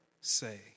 say